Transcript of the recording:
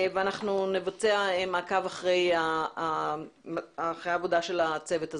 ואנחנו נבצע מעקב אחרי העבודה של הצוות הזה.